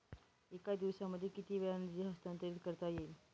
एका दिवसामध्ये किती वेळा निधी हस्तांतरीत करता येईल?